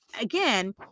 Again